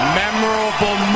memorable